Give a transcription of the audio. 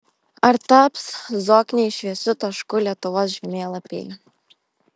ar taps zokniai šviesiu tašku lietuvos žemėlapyje